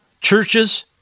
Churches